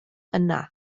yna